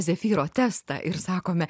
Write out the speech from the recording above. zefyro testą ir sakome